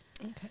Okay